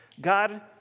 God